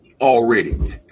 already